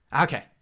Okay